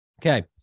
Okay